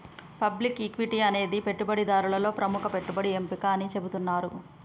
public equity అనేది పెట్టుబడిదారులలో ప్రముఖ పెట్టుబడి ఎంపిక అని చెబుతున్నరు